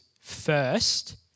first